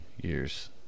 years